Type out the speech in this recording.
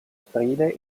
aprile